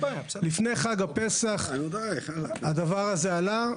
לפני חג הפסח הדבר הזה עלה.